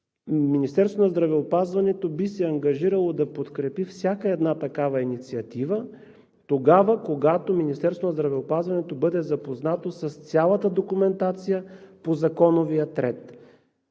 Министерството на здравеопазването би се ангажирало да подкрепи всяка една такава инициатива тогава, когато Министерството на здравеопазването бъде запознато с цялата документация по законовия ред.